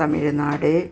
Tamil Nadu